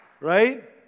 Right